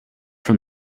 from